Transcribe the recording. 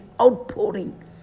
outpouring